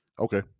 Okay